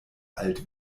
alt